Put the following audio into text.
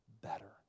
better